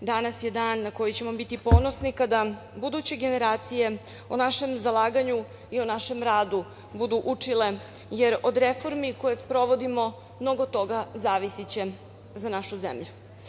Danas je dan na koji ćemo biti ponosni kada buduće generacije o našem zalaganju i o našem radu budu učile, jer od reformi koje sprovodimo mnogo toga zavisiće za našu zemlju.